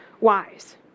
wise